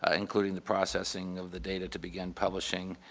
ah including the processing of the data to begin publishing